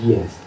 Yes